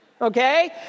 Okay